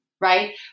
right